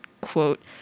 quote